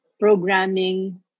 programming